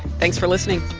thanks for listening